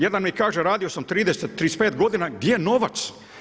Jedan mi kaže radio sam 35 godina, gdje je novac?